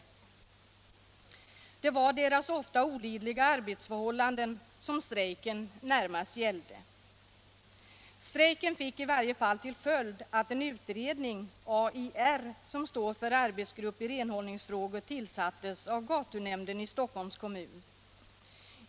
Strejken gällde närmast deras ofta olidliga arbetsförhållanden: Strejken fick i varje fall till följd att en utredning, AIR, som står för arbetsgrupp i renhållningsfrågor, tillsattes av gatunämnden i Stockholms kommun.